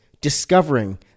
discovering